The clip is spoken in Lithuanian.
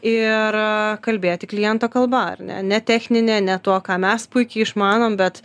ir kalbėti kliento kalba ar ne ne technine ne tuo ką mes puikiai išmanom bet